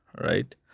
right